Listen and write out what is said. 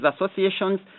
associations